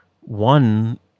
One